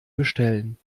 bestellen